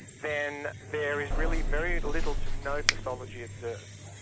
then there is really very little to no pathology observed.